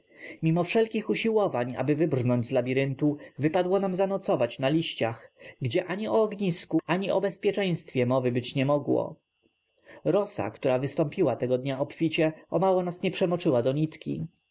mimo wszelkich usiłowań aby wybrnąć z labiryntu wypadło nam zanocować na liściach gdzie ani o ognisku ani o bezpieczeństwie mowy być nie mogło rosa która wystąpiła tego dnia obficie o mało nas nie przemoczyła do